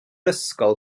ysgol